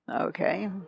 Okay